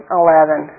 eleven